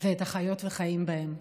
ואת החיות והחיים בהם.